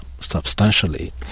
substantially